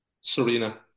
Serena